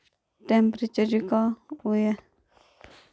temperature जेह्का ओह् एह् ऐ